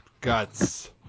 Guts